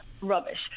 rubbish